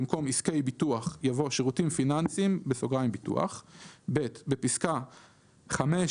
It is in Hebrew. במקום "עסקי ביטוח" יבוא "שירותים פיננסיים (ביטוח)"; בפסקה (5)(א)(2),